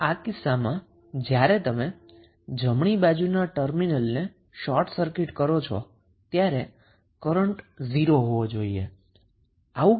તો આ કિસ્સામાં જ્યારે તમે જમણી બાજુના ટર્મિનલને શોર્ટ સર્કિટ કરો છો ત્યારે કરન્ટ 0 હોવો જોઈએ